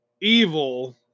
evil